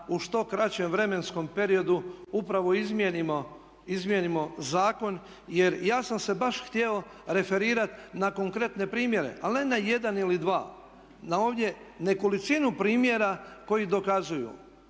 u što kraćem vremenskom periodu upravo izmijenimo zakon jer ja sam se baš htio referirati na konkretne primjere. Ali ne na jedan ili dva, na ovdje nekolicinu primjera koji dokazuju